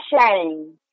shame